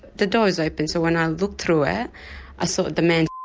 the door was opened so when i looked through it i saw the man